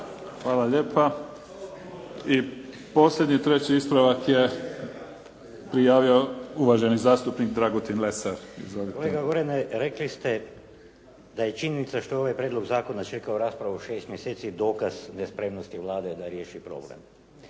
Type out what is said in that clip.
Hvala lijepa. I posljednji, treći ispravak je prijavio uvaženi zastupnik Dragutin Lesar. Izvolite. **Lesar, Dragutin (Nezavisni)** Kolega Gorane, rekli ste da je činjenica što je ovaj prijedlog zakona čekao raspravu šest mjeseci dokaz nespremnosti Vlade da riješi problem.